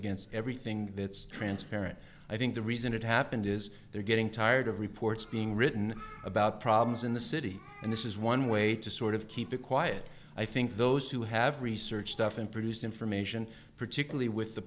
against everything that's transparent i think the reason it happened is they're getting tired of reports being written about problems in the city and this is one way to sort of keep it quiet i think those who have researched stuff and produced information particularly with the